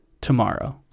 tomorrow